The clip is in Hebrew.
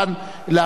להסביר.